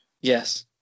yes